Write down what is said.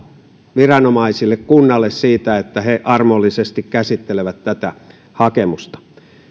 viranomaisille kunnalle siitä että he armollisesti käsittelevät tätä hakemusta